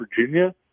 Virginia